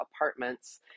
apartments